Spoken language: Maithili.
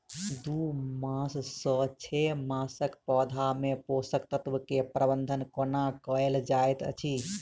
दू मास सँ छै मासक पौधा मे पोसक तत्त्व केँ प्रबंधन कोना कएल जाइत अछि?